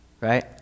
right